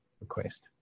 request